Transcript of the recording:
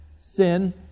sin